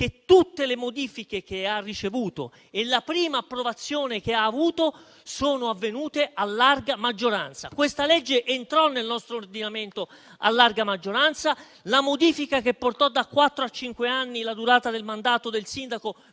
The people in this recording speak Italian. tutte le modifiche e la prima approvazione che ha avuto sono avvenute a larga maggioranza. Questa legge entrò nel nostro ordinamento a larga maggioranza; la modifica che portò da quattro a cinque anni la durata del mandato del sindaco